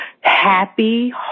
happy